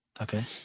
Okay